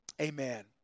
Amen